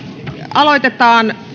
aloitetaan